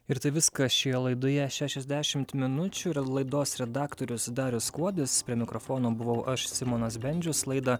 ir tai viskas šioje laidoje šešiasdešimt minučių ir laidos redaktorius darius kuodis prie mikrofono buvau aš simonas bendžius laidą